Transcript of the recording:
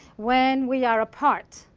when we are apart,